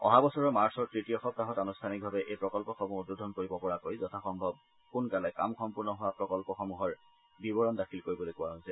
অহা বছৰৰ মাৰ্চৰ তৃতীয় সপ্তাহত আনুষ্ঠানিকভাৱে এই প্ৰকল্পসমূহ উদ্বোধন কৰিব পৰাকৈ যথাসম্ভৱ সোনকালে কাম সম্পূৰ্ণ হোৱা প্ৰকল্পসমূহৰ বিৱৰণ দাখিল কৰিবলৈ কোৱা হৈছে